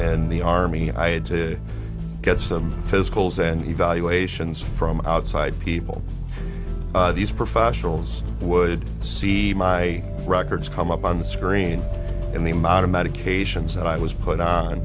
and the army i had to get some physicals and evaluations from outside people these professionals would see my records come up on the screen and the amount of medications that i was put